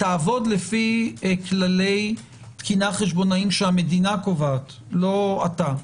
תעבוד לפי כללי תקינה חשבונאיים שהמדינה קובעת לא אתה,